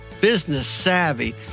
business-savvy